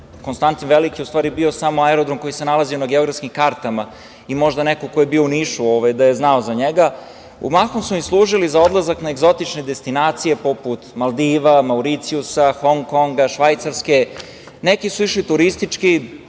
„Konstantin Veliki“ je u stvari samo bio aerodrom koji se nalazio na geografskim kartama i možda neko ko je bio u Nišu da je znao za njega, mahom su im služili za odlazak na egzotične destinacije poput Maldiva, Mauricijusa, Hong Konga, Švajcarske, neki su išli turistički